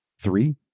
Three